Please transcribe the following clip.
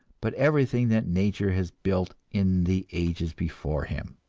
but everything that nature has built in the ages before him.